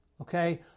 Okay